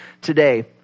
today